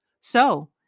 So